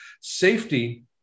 Safety